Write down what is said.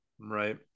Right